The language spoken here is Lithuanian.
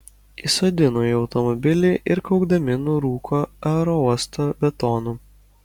įsodino į automobilį ir kaukdami nurūko aerouosto betonu